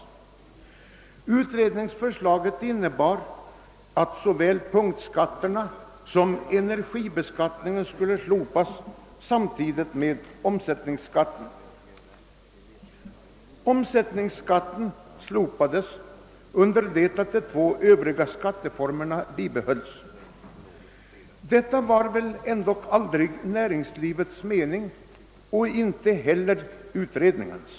Enligt utredningsförslaget skulle såväl punktskatterna som energibeskattningen slopas samtidigt med omsättningsskatten. Enligt finansministerns förslag försvinner omsättningsskatten under det att de två övriga skatteformerna bibehålls. Detta var väl aldrig näringslivets mening och inte heller utredningarnas!